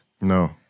No